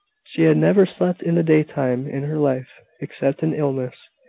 she had never slept in the daytime in her life except in illness.